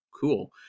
Cool